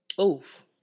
Oof